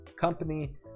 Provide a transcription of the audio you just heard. company